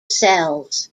cells